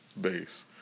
base